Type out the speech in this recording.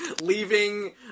leaving